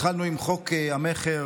התחלנו עם חוק המכר,